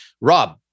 Rob